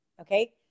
okay